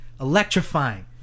electrifying